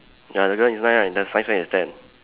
ya the girl is nine right then science fair is ten